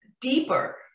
deeper